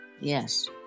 Yes